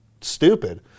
stupid